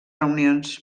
reunions